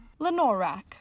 Lenorak